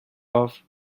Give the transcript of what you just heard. off